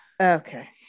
Okay